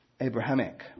Abrahamic